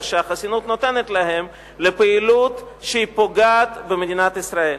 שהחסינות נותנת להם לפעילות שפוגעת במדינת ישראל.